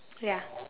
ya